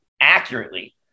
accurately